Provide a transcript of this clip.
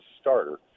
starter